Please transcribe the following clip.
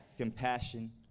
compassion